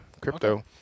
Crypto